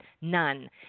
None